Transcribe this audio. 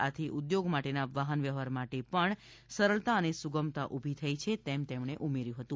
આથી ઉદ્યોગ માટેના વાહન વ્યવહાર માટે પણ સરળતા અને સુગમતા ઊભી થઈ છે તેમ તેમણે ઉમેર્યું હતું